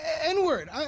N-word